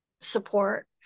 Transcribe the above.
support